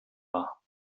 war